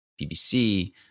BBC